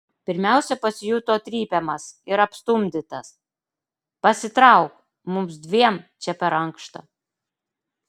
pirmiausia pasijuto trypiamas ir apstumdytas pasitrauk mums dviem čia per ankšta